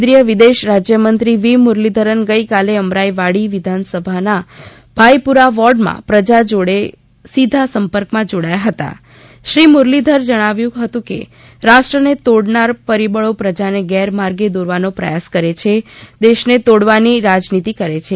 કેન્દ્રીય વિદેશ રાજ્યમંત્રી વી મુરલીધરન ગઇકાલે અમરાઈવાડી વિધાનસભાના ભાઇપુરા વોર્ડમાં પ્રજા જોડે સીધા સંપર્કમાં જોડાયા હતા શ્રી મુરલીધર જણાવ્યું હતું કે રાષ્ટ્રને તોડનારા પરિબળો પ્રજાને ગેરમાર્ગે દોરવાનો પ્રયાસ કરે છે દેશને તોડવાની રાજનીતિ કરે છે